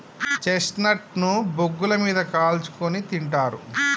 chestnut ను బొగ్గుల మీద కాల్చుకుని తింటారు